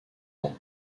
ans